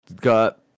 got